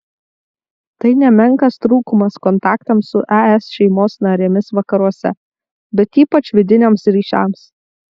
tai nemenkas trūkumas kontaktams su es šeimos narėmis vakaruose bet ypač vidiniams ryšiams